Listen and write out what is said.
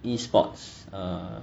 E sports err